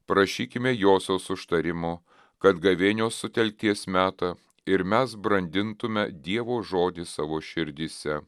prašykime josios užtarimo kad gavėnios sutelkties metą ir mes brandintume dievo žodį savo širdyse